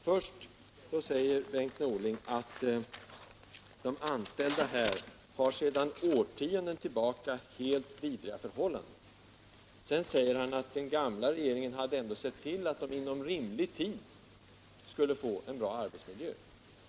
Först säger Bengt Norling att de anställda sedan årtionden tillbaka har helt vidriga förhållanden. Sedan framhåller han att den gamla regeringen ändå hade sett till att de inom rimlig tid — dvs. år 1982 — skulle få en bra arbetsmiljö.